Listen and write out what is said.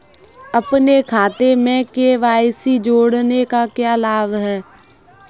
अपने खाते में के.वाई.सी जोड़ने का क्या लाभ है?